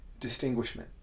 distinguishment